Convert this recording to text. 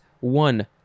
One